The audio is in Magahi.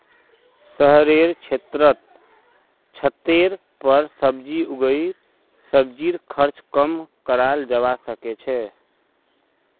शहरेर क्षेत्रत छतेर पर सब्जी उगई सब्जीर खर्च कम कराल जबा सके छै